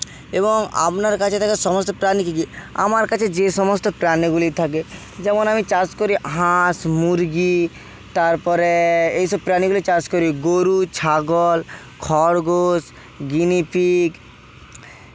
এবং আপনার কাছে থাকা সমস্ত প্রাণী কী কী আমার কাছে যে সমস্ত প্রাণীগুলি থাকে যেমন আমি চাষ করি হাঁস মুরগি তারপরে এইসব প্রাণীগুলি চাষ করি গরু ছাগল খরগোশ গিনি পিগ